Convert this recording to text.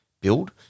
build